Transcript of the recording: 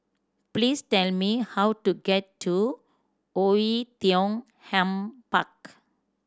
please tell me how to get to Oei Tiong Ham Park